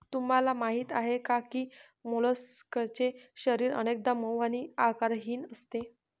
तुम्हाला माहीत आहे का की मोलस्कचे शरीर अनेकदा मऊ आणि आकारहीन असते